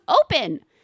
open